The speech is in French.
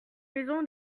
maison